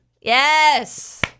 Yes